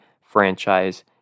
franchise